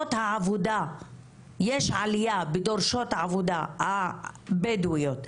יש עליה בדורשות העבודה הבדואיות,